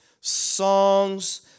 songs